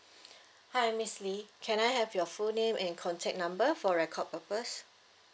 hi miss lee can I have your full name and contact number for record purpose